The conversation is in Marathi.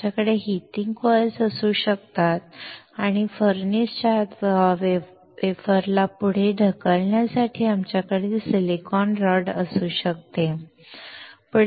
आमच्याकडे हीटिंग कॉइल्स असू शकतात आणि फर्नेस च्या आत वेफरला पुढे ढकलण्यासाठी आमच्याकडे सिलिकॉन रॉड असू शकतो